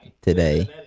today